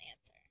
answer